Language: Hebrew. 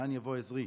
מאין יבוא עזרי.